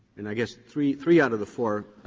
and i guess three three out of the four